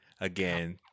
again